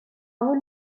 قبول